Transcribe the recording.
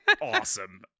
awesome